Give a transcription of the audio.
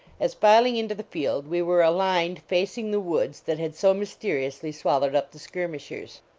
as, filing into the field, we were aligned facing the woods that had so mysteriously swallowed up the skirmishers.